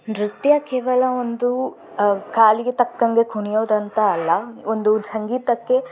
ನೃತ್ಯ ಕೇವಲ ಒಂದು ಕಾಲಿಗೆ ತಕ್ಕಂತೆ ಕುಣಿಯೋದು ಅಂತ ಅಲ್ಲ ಒಂದು ಸಂಗೀತಕ್ಕೆ